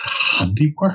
Handiwork